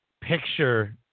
picture